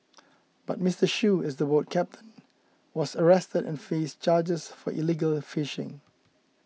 but Mister Shoo as the boat captain was arrested and faced charges for illegal fishing